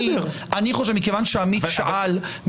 מכיוון שעמית אמר: